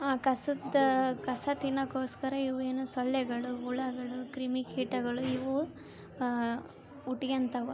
ಆ ಕಸದ ಕಸ ತಿನ್ನೋಕ್ಕೋಸ್ಕರ ಇವು ಏನು ಸೊಳ್ಳೆಗಳು ಹುಳಗಳು ಕ್ರಿಮಿ ಕೀಟಗಳು ಇವು ಹುಟ್ಕೆಂತವೆ